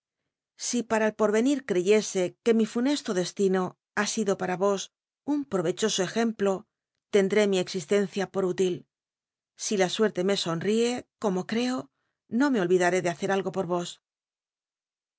si para el porrenir creyese que mi funesto destino ha sido para ros un prorechoso ejemplo tend ré mi existencia por útil si la suerte me sonríe como creo no me olvida ré de hacm algo por vos